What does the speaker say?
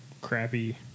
crappy